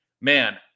man